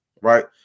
right